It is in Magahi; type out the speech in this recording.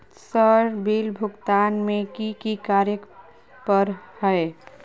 सर बिल भुगतान में की की कार्य पर हहै?